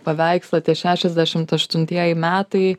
paveikslą tie šešiasdešimt aštuntieji metai